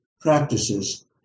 practices